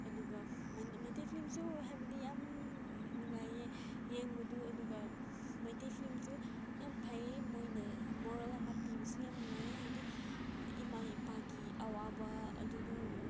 ꯑꯗꯨꯒ ꯃꯩꯇꯩ ꯐꯤꯂꯝꯁꯨ ꯍꯥꯏꯕꯗꯤ ꯌꯥꯝ ꯅꯨꯡꯉꯥꯏꯌꯦ ꯌꯦꯡꯕꯗꯨ ꯑꯗꯨꯒ ꯃꯩꯇꯩ ꯐꯤꯂꯝꯁꯨ ꯌꯥꯝ ꯐꯩꯌꯦ ꯃꯣꯏꯅ ꯃꯣꯔꯦꯜ ꯑꯃ ꯄꯤꯕꯁꯨ ꯌꯥꯝ ꯅꯨꯡꯉꯥꯏꯌꯦ ꯍꯥꯏꯗꯤ ꯏꯃꯥ ꯏꯄꯥꯒꯤ ꯑꯋꯥꯕ ꯑꯗꯨꯗꯨ